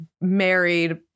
married